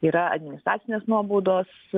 yra administracinės nuobaudos